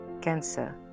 Cancer